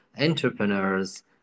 entrepreneurs